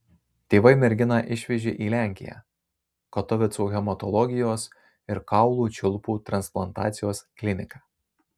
tėvai merginą išvežė į lenkiją katovicų hematologijos ir kaulų čiulpų transplantacijos kliniką